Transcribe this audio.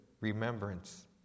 remembrance